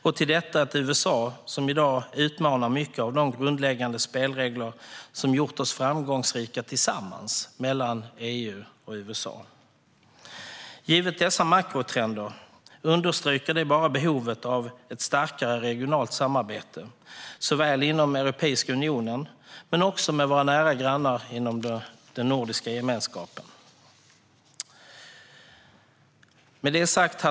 Och till detta kommer ett USA som i dag utmanar många av de grundläggande spelregler som gjort oss framgångsrika tillsammans - EU och USA. Dessa makrotrender understryker bara behovet av ett starkare regionalt samarbete inom Europeiska unionen men också med våra nära grannar inom den nordiska gemenskapen. Herr talman!